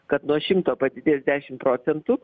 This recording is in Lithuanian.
kad nuo šimto padidės dešim procentų